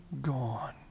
gone